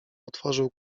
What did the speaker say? otworzył